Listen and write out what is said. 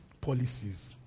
policies